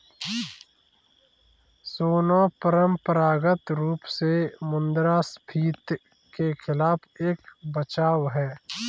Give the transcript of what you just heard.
सोना परंपरागत रूप से मुद्रास्फीति के खिलाफ एक बचाव है